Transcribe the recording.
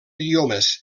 idiomes